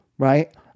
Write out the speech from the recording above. right